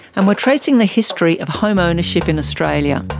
and we're tracing the history of home ownership in australia.